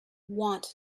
want